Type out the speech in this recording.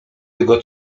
tego